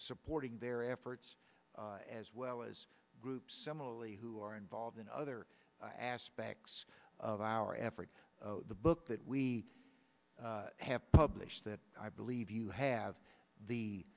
supporting their efforts as well as groups similarly who are involved in other aspects of our efforts the book that we have published that i believe you have the